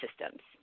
systems